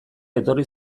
etorri